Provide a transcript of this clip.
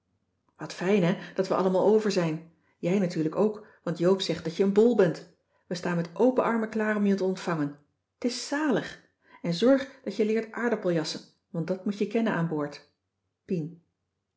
wat fijn hè dat we allemaal over zijn jij natuurlijk ook want joop zegt dat je een bol bent wij staan met open armen klaar om je te ontvangen t is zalig en zorg dat je leert aardappeljassen want dat moet je kennen aan boord pien